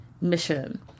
mission